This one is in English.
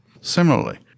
Similarly-